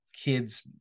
kids